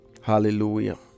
Hallelujah